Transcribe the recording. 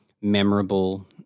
memorable